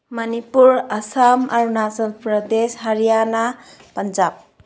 Manipur Assam Arunachal Pradesh Haryana Punjab